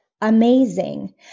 amazing